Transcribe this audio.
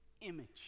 image